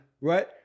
right